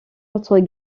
autre